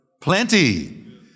Plenty